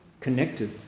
connected